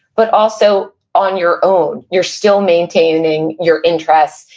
but also, on your own, you're still maintaining your interests,